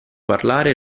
parlare